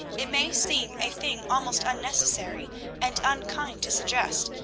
it may seem a thing almost unnecessary and unkind to suggest,